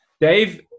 Dave